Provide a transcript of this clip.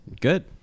Good